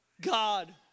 God